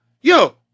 yo